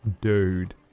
dude